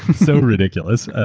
so ridiculous.